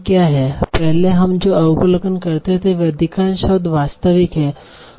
पहले हम जो अवलोकन करते हैं वे अधिकांश शब्द वास्तविक हैं